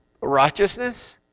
Righteousness